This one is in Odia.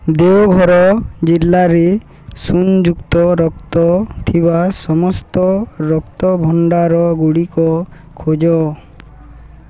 ଦେଓଘର ଜିଲ୍ଲାରେ ଶୂନ ଯୁକ୍ତ ରକ୍ତ ଥିବା ସମସ୍ତ ରକ୍ତଭଣ୍ଡାର ଗୁଡ଼ିକ ଖୋଜ